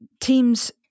Teams